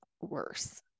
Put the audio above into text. worse